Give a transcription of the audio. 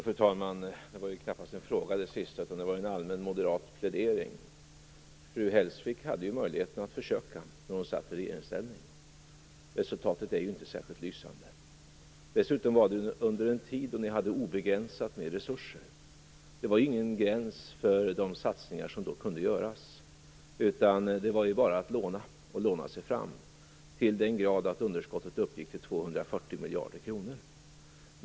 Fru talman! Det sista var knappast en fråga. Det var en allmän moderat plädering. Fru Hellsvik hade ju möjligheten att försöka när hon satt i regeringsställning. Resultatet är inte särskilt lysande. Dessutom var det under en tid då ni hade obegränsat med resurser. Det var ingen gräns för de satsningar som då kunde göras. Det var bara att låna sig fram. Det kunde man göra till den grad att underskottet uppgick till 240 miljarder kronor.